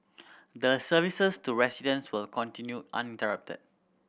the services to residents will continue uninterrupted